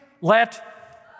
Let